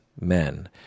men